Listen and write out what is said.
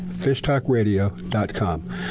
fishtalkradio.com